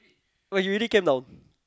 what you really came down